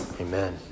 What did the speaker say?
Amen